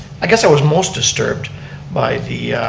i guess i was most disturbed by the,